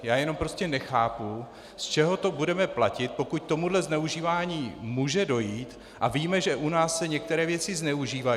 Já jenom prostě nechápu, z čeho to budeme platit, pokud k tomuhle zneužívání může dojít, a víme, že u nás se některé věci zneužívají.